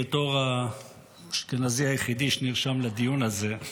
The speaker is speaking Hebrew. בתור האשכנזי היחידי שנרשם לדיון הזה,